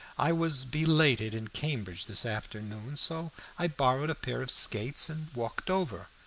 i was belated in cambridge this afternoon, so i borrowed a pair of skates and walked over.